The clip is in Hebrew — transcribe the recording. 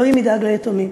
אלוהים ידאג ליתומים.